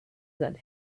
that